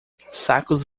sacos